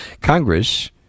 Congress